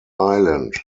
island